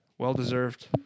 Well-deserved